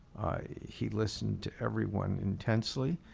he listened to everyone intensely.